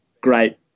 great